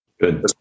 Good